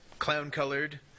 clown-colored